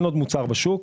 אין עוד מוצר בשוק.